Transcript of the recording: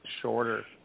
shorter